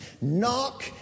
Knock